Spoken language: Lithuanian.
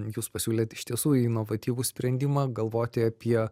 jūs pasiūlėt iš tiesų inovatyvų sprendimą galvoti apie